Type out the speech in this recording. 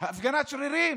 בהפגנת שרירים.